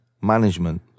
management